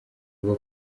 rwo